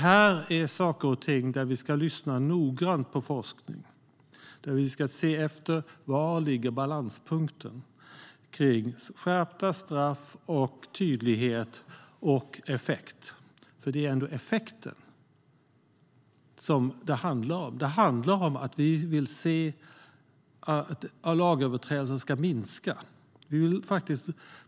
Här ska vi lyssna noggrant på forskningen och se efter var balanspunkten ligger mellan skärpta straff, tydlighet och effekt. Det handlar om att antalet unga lagöverträdare ska minska.